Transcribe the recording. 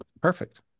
perfect